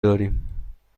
داریم